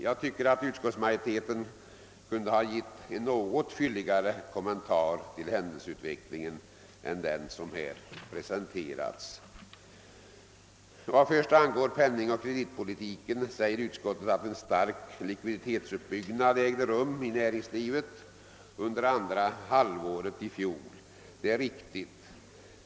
Jag tycker att utskottsmajoriteten kunde ha givit en något fylligare kommentar till händelseutvecklingen än den som här presenterats. Vad först angår penningoch kreditpolitiken säger utskottet att en stark likviditetsuppbyggnad ägde rum i näringslivet under andra halvåret i fjol. Det är riktigt.